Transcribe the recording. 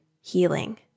healing